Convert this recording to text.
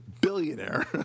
billionaire